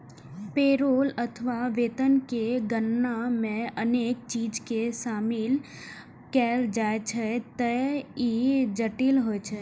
payroll अथवा वेतन के गणना मे अनेक चीज कें शामिल कैल जाइ छैं, ते ई जटिल होइ छै